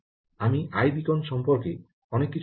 আমি আইবীকন সম্পর্কে অনেক কিছু বলবো